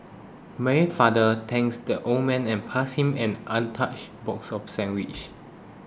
Mary's father thanked the old man and passed him an untouched box of sandwiches